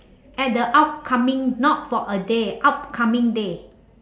at the upcoming not for a day upcoming day